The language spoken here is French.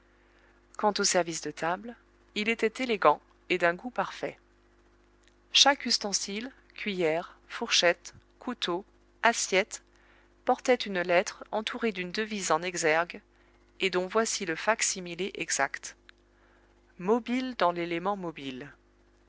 quant au service de table il était élégant et d'un goût parfait chaque ustensile cuiller fourchette couteau assiette portait une lettre entourée d'une devise en exergue et dont voici le fac-similé exact mobile dans l'élément mobile